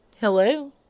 hello